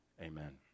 amen